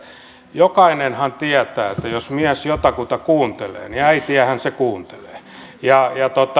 jokainenhan tietää että jos mies jotakuta kuuntelee niin äitiähän se kuuntelee